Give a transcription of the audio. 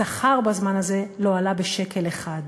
השכר בזמן הזה לא עלה בשקל אחד.